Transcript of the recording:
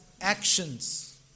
actions